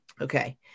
Okay